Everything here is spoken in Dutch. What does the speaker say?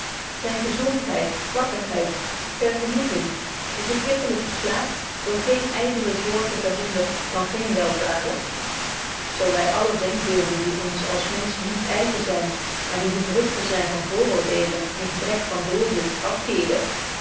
zyn gezondheid wakkerheid vergenoeging de verkwikkelyke slaap door geene ydele zorgen verhinderd dan gene weldaden zo wy alle denkbeelden die ons als menschen niet eigen zyn maar die de vrugten zyn van vooroordeelen en gebrek van doorzicht